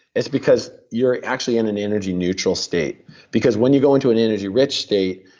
it's because you're actually in an energy-neutral state because when you go into an energy-rich state,